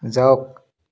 যাওক